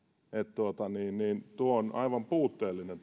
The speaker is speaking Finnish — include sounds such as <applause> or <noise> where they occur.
tuo teidän aloitteenne on aivan puutteellinen <unintelligible>